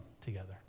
together